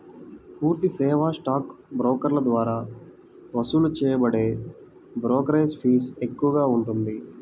పూర్తి సేవా స్టాక్ బ్రోకర్ల ద్వారా వసూలు చేయబడే బ్రోకరేజీ ఫీజు ఎక్కువగా ఉంటుంది